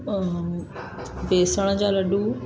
बेसण जा लड्डू